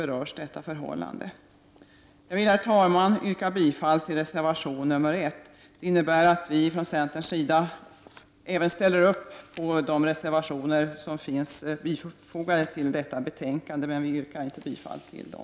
Jag vill med detta, herr talman, yrka bifall till reservation nr 1. Centern står även bakom andra reservationer som har fogats till detta betänkande, ' men jag yrkar inte bifall till dem.